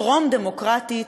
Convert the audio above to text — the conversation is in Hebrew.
טרום-דמוקרטית,